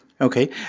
Okay